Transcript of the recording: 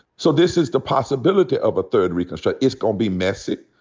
so this is the possibility of a third reconstruction. it's gonna be messy.